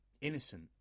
innocent